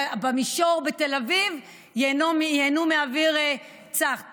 במישור, בתל אביב, ייהנו מאוויר צח.